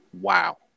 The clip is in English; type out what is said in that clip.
wow